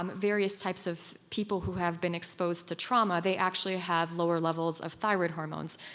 um various types of people who have been exposed to trauma, they actually have lower levels of thyroid hormones.